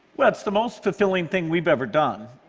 well, it's the most fulfilling thing we've ever done,